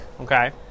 Okay